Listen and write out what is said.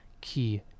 Key